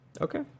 Okay